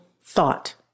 thought